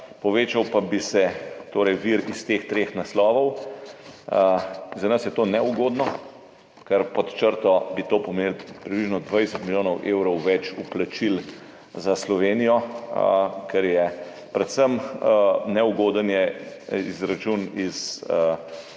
povečal pa bi se torej vir iz teh treh naslovov. Za nas je to neugodno, ker bi to pod črto pomenilo približno 20 milijonov evrov več vplačil za Slovenijo, kar je predvsem neugoden izračun za